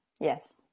Yes